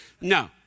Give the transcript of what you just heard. No